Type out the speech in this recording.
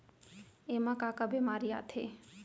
एमा का का बेमारी आथे?